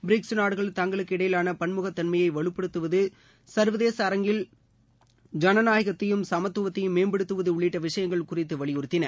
BRICS நாடுகள் தங்களுக்கு இடையிலான பன்முகத் தன்மையை வலுப்படுத்துவது சர்வதேச அரங்கில் ஜனநாயகத்தையும் சமத்துவத்தையும் மேம்படுத்துவது உள்ளிட்ட விஷயங்கள் குறித்து வலியுறுத்தின